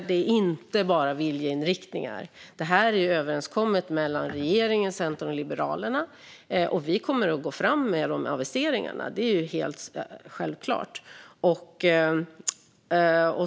Och det är inte bara viljeinriktningar. Det här är överenskommet mellan regeringen, Centern och Liberalerna, och vi kommer att gå fram med de aviseringarna. Det är helt självklart.